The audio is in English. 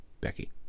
Becky